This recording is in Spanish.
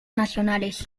nacionales